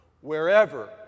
wherever